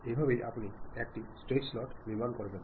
এইভাবে আপনি একটি স্ট্রেইট স্লট নির্মাণ করবেন